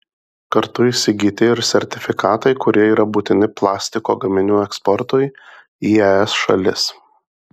kartu įsigyti ir sertifikatai kurie yra būtini plastiko gaminių eksportui į es šalis